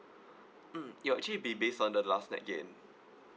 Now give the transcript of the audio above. mm it will actually be based on the last net gain